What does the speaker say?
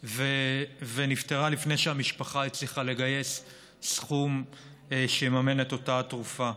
ונפטרה לפני שהמשפחה הצליחה לגייס סכום שיממן את אותה תרופה.